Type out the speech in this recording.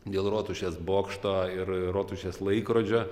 dėl rotušės bokšto ir rotušės laikrodžio